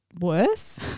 worse